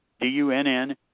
D-U-N-N